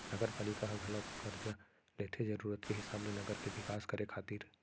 नगरपालिका ह घलोक करजा लेथे जरुरत के हिसाब ले नगर के बिकास करे खातिर